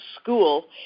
school